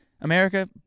America